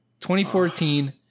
2014